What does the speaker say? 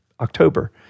October